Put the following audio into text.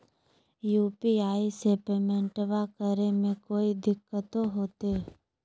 UPI से पेमेंटबा करे मे कोइ दिकतो होते?